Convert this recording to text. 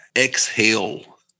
exhale